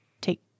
take